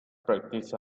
practiced